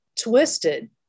twisted